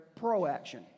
proaction